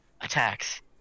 attacks